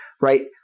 Right